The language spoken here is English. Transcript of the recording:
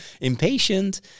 impatient